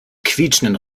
quietschenden